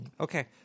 Okay